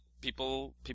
people